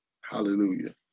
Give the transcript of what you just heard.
hallelujah